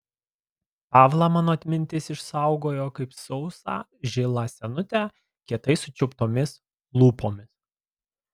pavlą mano atmintis išsaugojo kaip sausą žilą senutę kietai sučiauptomis lūpomis